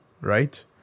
right